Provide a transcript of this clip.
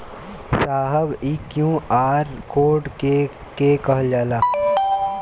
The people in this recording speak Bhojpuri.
साहब इ क्यू.आर कोड के के कहल जाला?